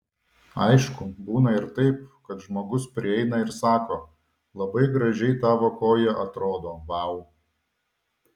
aišku būna ir taip kad žmogus prieina ir sako labai gražiai tavo koja atrodo vau